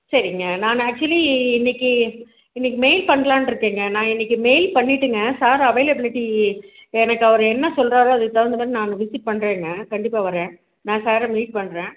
சரிங்க நான் ஆக்ச்சுவலி இன்னைக்கு இன்னிக்கு மெயில் பண்ணலான்னு இருக்கங்க இன்னிக்கு மெயில் பண்ணி விட்டுங்க சார் அவைலப்பிலிட்டி எனக்கு அவர் என்ன சொல்லுறாரோ அதுக்கு தகுந்த மாதிரி நான் விசிட் பண்ணுறங்க கண்டிப்பாக வரேன் நான் சார்ரை மீட் பண்ணுறன்